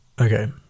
Okay